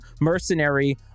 mercenary